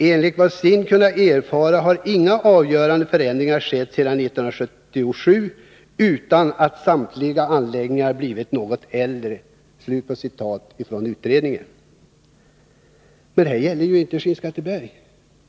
Enligt vad SIND kunnat erfara har ingen avgörande förändring skett sedan 1977 utom att samtliga anläggningar blivit något äldre.” Men detta gäller ju inte Skinnskatteberg.